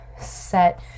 set